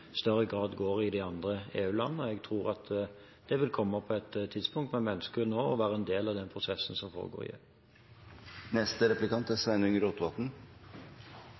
større grad også foregår i de andre EU-landene. Jeg tror at det vil komme på et tidspunkt, men vi ønsker nå å være en del av den prosessen som foregår i EU. Eg synest det er